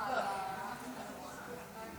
תודה רבה.